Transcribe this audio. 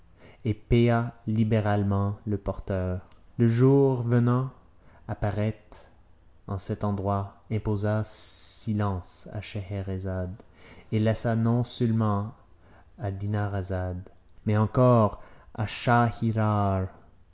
libéralement le porteur le jour venant à paraître en cet endroit imposa silence à scheherazade et laissa non-seulement à dinarzade mais encore à